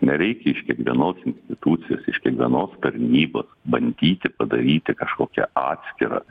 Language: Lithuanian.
nereikia iš kiekvienos institucijos iš kiekvienos tarnybos bandyti padaryti kažkokią atskirą